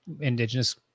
indigenous